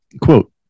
quote